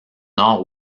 nord